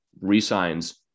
resigns